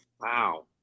wow